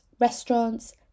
restaurants